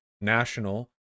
national